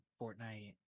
Fortnite